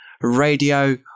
radio